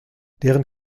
deren